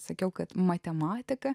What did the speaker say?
sakiau kad matematika